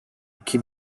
iki